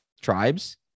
tribes